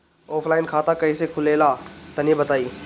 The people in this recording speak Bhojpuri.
ऑफलाइन खाता कइसे खुलेला तनि बताईं?